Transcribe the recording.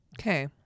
Okay